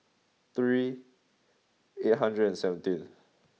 three eight hundred and seventeen